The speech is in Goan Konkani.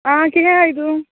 आं कितें आयतु